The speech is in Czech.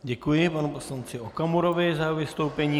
Děkuji panu poslanci Okamurovi za jeho vystoupení.